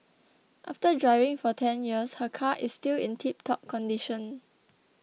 after driving for ten years her car is still in tiptop condition